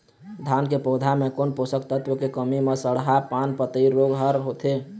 धान के पौधा मे कोन पोषक तत्व के कमी म सड़हा पान पतई रोग हर होथे?